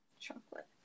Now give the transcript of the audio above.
Chocolate